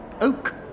oak